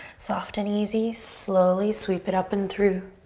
soft and easy, slowly sweep it up and through.